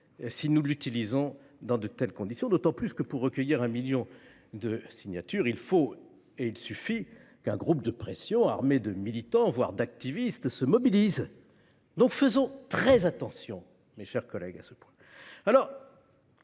du référendum dans de telles conditions, d’autant que, pour recueillir un million de signatures, il suffit qu’un groupe de pression armé de militants, voire d’activistes, se mobilise. Faisons très attention, mes chers collègues ! Je laisse